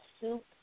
soup